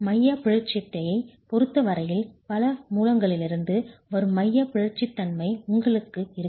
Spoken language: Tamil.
மையப் பிறழ்ச்சியை பொறுத்த வரையில் பல மூலங்களிலிருந்து வரும் மையப் பிறழ்ச்சி தன்மை உங்களுக்கு இருக்கும்